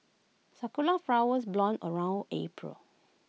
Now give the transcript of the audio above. Sakura Flowers bloom around April